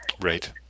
Right